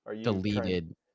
deleted